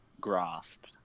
grasped